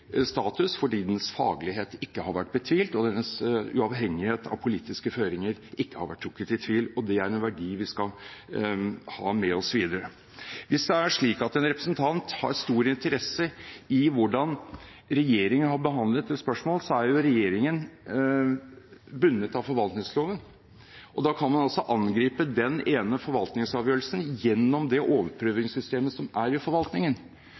fordi dens faglighet ikke har vært betvilt, og dens uavhengighet av politiske føringer ikke har vært trukket i tvil. Det er en verdi vi skal ha med oss videre. Hvis det er slik at en representant har stor interesse i hvordan regjeringen har behandlet et spørsmål, er jo regjeringen bundet av forvaltningsloven. Da kan man altså angripe den ene forvaltningsavgjørelsen gjennom det overprøvingssystemet som er i forvaltningen.